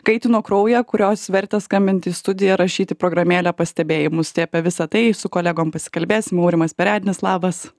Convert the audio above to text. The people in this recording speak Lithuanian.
kaitino kraują kurios vertė skambint į studiją rašyt į programėlę pastebėjimus tai apie visa tai su kolegom pasikalbėsim aurimas perednis labas